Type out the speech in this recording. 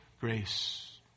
grace